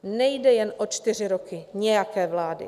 Nejde jen o čtyři roky nějaké vlády.